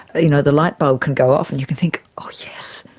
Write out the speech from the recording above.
you know, the light bulb can go off and you can think oh yes,